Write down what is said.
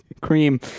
Cream